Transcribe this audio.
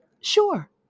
Sure